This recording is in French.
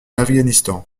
afghanistan